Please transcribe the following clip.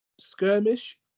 Skirmish